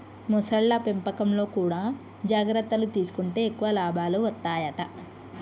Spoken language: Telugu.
మొసళ్ల పెంపకంలో కూడా జాగ్రత్తలు తీసుకుంటే ఎక్కువ లాభాలు వత్తాయట